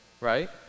right